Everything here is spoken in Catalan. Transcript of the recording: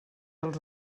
als